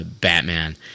Batman